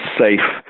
safe